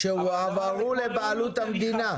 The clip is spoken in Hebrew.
הן הועברו לבעלות המדינה.